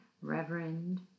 Reverend